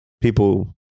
people